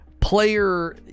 player